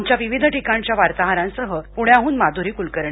आमच्या विविध ठिकाणच्या वार्ताहरांसह पुण्याहून माधुरी कुलकर्णी